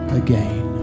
again